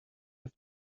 have